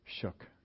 shook